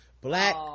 Black